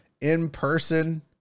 in-person